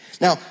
Now